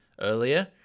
earlier